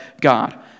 God